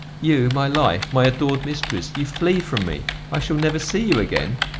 you, my life, my adored mistress, you flee from me i shall never see you again?